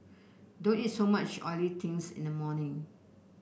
don't eat so much oily things in the morning